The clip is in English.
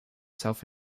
self